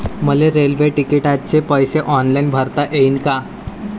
मले रेल्वे तिकिटाचे पैसे ऑनलाईन भरता येईन का?